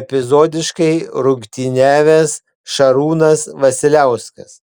epizodiškai rungtyniavęs šarūnas vasiliauskas